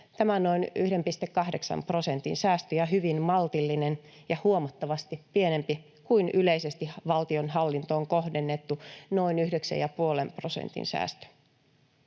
Tämä on noin 1,8 prosentin säästö ja hyvin maltillinen ja huomattavasti pienempi kuin yleisesti valtionhallintoon kohdennettu noin yhdeksän